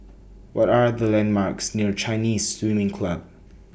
What Are The landmarks near Chinese Swimming Club